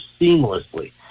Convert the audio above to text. seamlessly